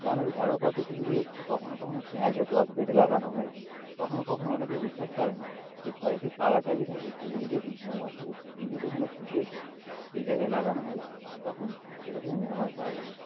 গ্রামের ঘরোয়া পদ্ধতিগুলি হচ্ছে কখনও কখনও পেঁয়াজের রস বেঁটে লাগানো হয় কখনও কখনও অনেকে বিশ্বাস করেন যে ঘরে যে তালা চাবি থাকে সেগুলি যদি মৌমাছির হুল যেখানে ফুটিয়েছে সেই জায়গায় লাগানো হয় তখন সেটা থেকে নিরাময় পাওয়া যাবে